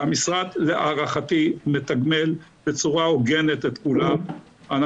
והמשרד להערכתי מתגמל בצורה הוגנת את כולם,